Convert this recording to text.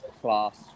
class